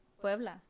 puebla